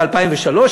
ב-2003,